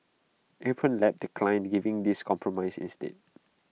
Apron Lab declined giving this compromise instead